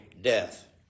death